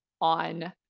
on